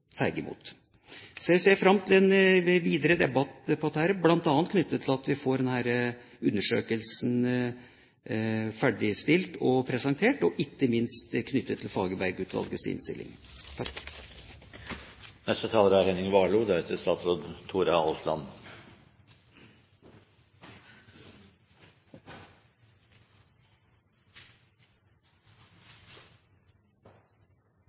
ser fram til en videre debatt om dette, bl.a. knyttet til at vi får denne undersøkelsen ferdigstilt og presentert, og ikke minst knyttet til Fagerberg-utvalgets innstilling.